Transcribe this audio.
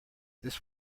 this